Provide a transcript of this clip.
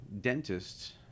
dentist